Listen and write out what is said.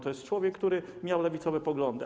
To był człowiek, który miał lewicowe poglądy.